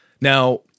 Now